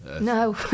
No